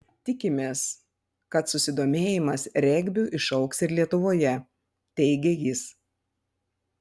tikimės kad susidomėjimas regbiu išaugs ir lietuvoje teigė jis